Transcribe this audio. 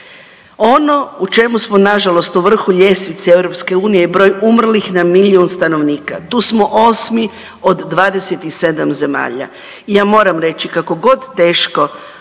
Ono u čemu smo nažalost u vrhu ljestvice EU i broj umrlih na milijun stanovnika. Tu smo 8 od 27 zemalja i ja moram reći, kako god teško